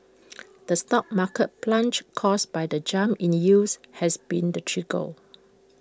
the stock market plunge caused by the jump in the yields has been the trigger